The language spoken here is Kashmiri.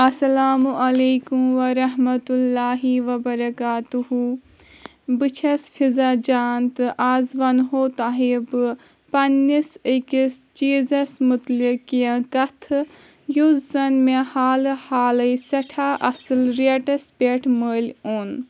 اَسَلامُ عَلیکُم وَرَحمَتُ اللٰہِ وَبَرَکاتُہ بہٕ چھس فِزا جان تہٕ آز وَنہو تۄہہِ بہٕ پَننِس أکِس چیٖزَس مُتعلِق کیٚنٛہہ کَتھٕ یُس زَن مے حالہٕ حالےٕ سٮ۪ٹھاہ اصٕل ریٹَس پٮ۪ٹھ مٔلۍ اوٚن